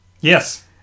Yes